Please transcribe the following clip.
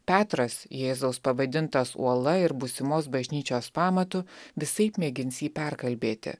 petras jėzaus pavadintas uola ir būsimos bažnyčios pamatu visaip mėgins jį perkalbėti